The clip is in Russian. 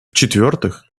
четвертых